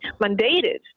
mandated